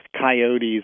coyotes